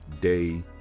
Day